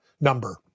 number